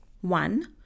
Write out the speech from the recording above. One